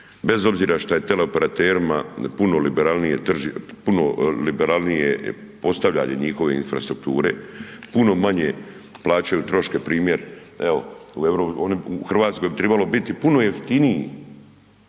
Bez obzira što je teleoperaterima puno liberalnije postavljanje njihove infrastrukture, puno manje plaćaju troškove, primjer evo u Hrvatskoj bi trebalo biti puno jeftinije